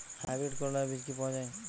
Hybrid করলার বীজ কি পাওয়া যায়?